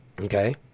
okay